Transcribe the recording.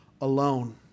alone